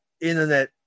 internet